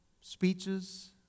speeches